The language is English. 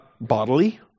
bodily